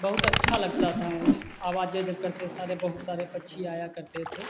बहुत अच्छा लगता था वही आवाज़ें जब करके सारे पक सारे पक्षी आया करते थे